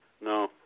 No